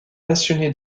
passionné